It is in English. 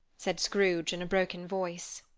said scrooge in a broken voice,